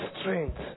strength